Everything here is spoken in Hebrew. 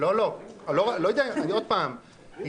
עוד פעם,